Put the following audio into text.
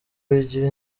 bigira